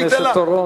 חבר הכנסת אורון.